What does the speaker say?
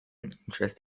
interest